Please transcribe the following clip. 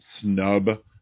snub